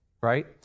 right